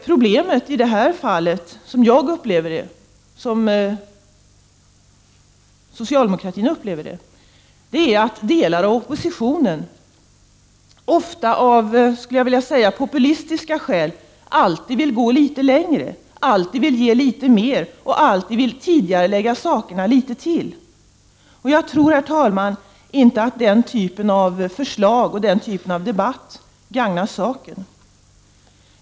Socialdemokraterna upplever att problemet i detta fall är att delar av oppositionen ofta av, skulle jag vilja säga, populistiska skäl alltid vill gå litet längre, alltid vill ge litet mer och alltid vill tidigarelägga litet mer. Jag tror inte, herr talman, att den typen av förslag och debatt gagnar saken.